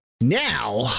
Now